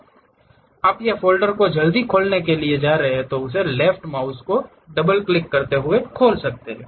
आप फ़ाइल या फ़ोल्डर को जल्दी खोलने के लिए उस लेफ्ट माउस को डबल क्लिक करते हैं